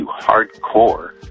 hardcore